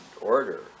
order